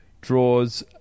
draws